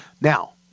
Now